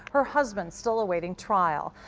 her husband, still awaiting trial.